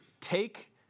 take